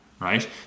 right